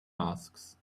masks